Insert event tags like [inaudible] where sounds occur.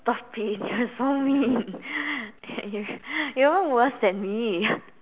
stop it you are so mean [laughs] you you are even worse than me [breath]